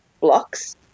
blocks